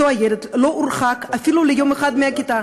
אותו ילד לא הורחק אפילו ליום אחד מהכיתה,